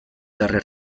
darrer